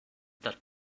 that